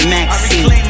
Maxine